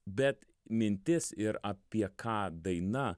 bet mintis ir apie ką daina